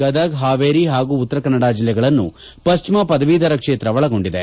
ಗದಗ ಹಾವೇರಿ ಹಾಗೂ ಉತ್ತರಕನ್ನಡ ಜಿಲ್ಲೆಗಳನ್ನು ಪಠ್ಚಿಮ ಪದವೀದರ ಕ್ಷೇತ್ರ ಒಳಗೊಂಡಿದೆ